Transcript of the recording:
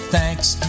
Thanks